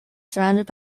surrounded